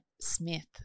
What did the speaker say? Smith